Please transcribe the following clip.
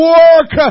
work